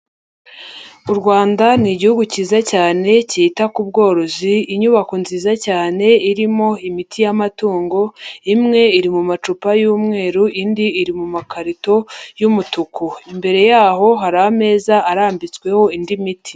U Rwanda ni igihugu cyiza cyane cyita ku bworozi. Inyubako nziza cyane irimo imiti y'amatungo imwe iri mu macupa y'umweru indi iri mu makarito y'umutuku, imbere yaho hari ameza arambitsweho indi miti.